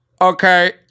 okay